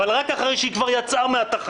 אבל רק אחרי שהיא כבר יצאה מהתחנה.